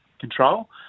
control